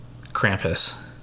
Krampus